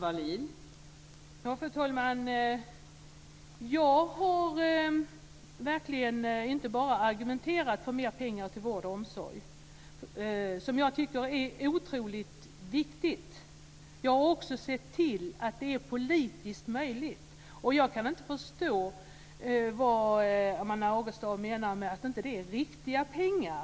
Fru talman! Jag har verkligen inte bara argumenterat för mer pengar till vård och omsorg, som jag tycker är otroligt viktigt, utan också sett till att det är politiskt möjligt. Jag kan inte förstå vad Amanda Agestav menar när hon säger att det inte är riktiga pengar.